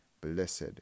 Blessed